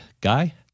Guy